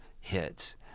hits